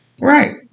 Right